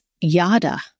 yada